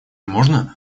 можно